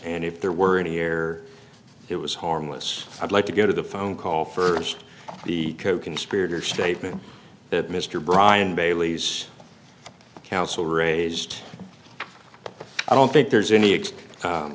and if there were a year it was harmless i'd like to go to the phone call st the coconspirator statement that mr bryan bailey's counsel raised i don't think there's any